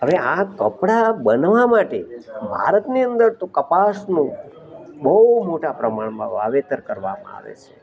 હવે આ કપડા બનાવા માટે ભારતની અંદર તો કપાસનું બહુ મોટા પ્રમાણમાં વાવેતર કરવામાં આવે છે